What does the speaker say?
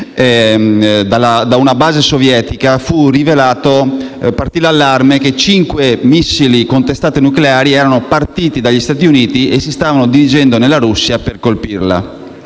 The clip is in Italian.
da una base sovietica partì l'allarme che cinque missili con testate nucleari erano partiti dagli Stati Uniti e si stavano dirigendo in Russia per colpirla.